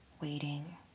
waiting